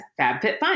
FabFitFun